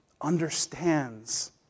understands